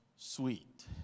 sweet